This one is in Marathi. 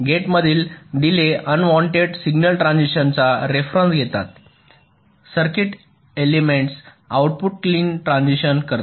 गेट्समधील डीलेमुळे अनवॉन्टेड सिग्नल ट्रान्झिशन्सचा रेफेरन्स घेतात circuit elements output clean transition करते